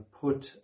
put